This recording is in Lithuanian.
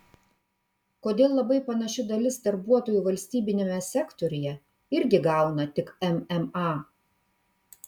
kodėl labai panaši dalis darbuotojų valstybiniame sektoriuje irgi gauna tik mma